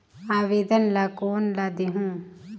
आवेदन ला कोन ला देहुं?